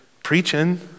preaching